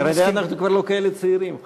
כרגע אנחנו כבר לא כאלה צעירים.